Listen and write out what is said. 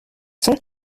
cents